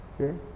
okay